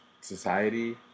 society